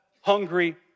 hungry